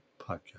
podcast